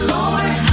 Lord